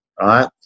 right